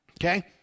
okay